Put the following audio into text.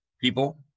people